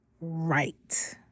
right